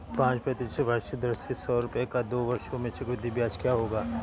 पाँच प्रतिशत वार्षिक दर से सौ रुपये का दो वर्षों में चक्रवृद्धि ब्याज क्या होगा?